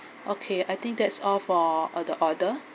okay I think that's all for uh the order